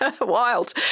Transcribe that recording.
wild